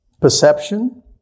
perception